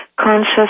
conscious